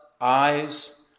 eyes